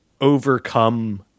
overcome